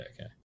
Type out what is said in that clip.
Okay